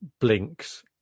blinks